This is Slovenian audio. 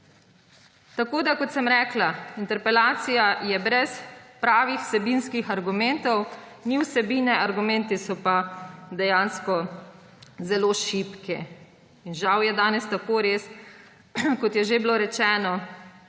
Kustec.« Kot sem rekla, interpelacija je brez pravih vsebinskih argumentov, ni vsebine, argumenti so pa dejansko zelo šibki. Žal je danes res tako, kot je že bilo rečeno